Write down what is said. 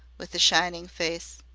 with a shining face.